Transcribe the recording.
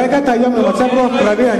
אני רואה שאתה הגעת היום במצב רוח קרבי.